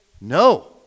no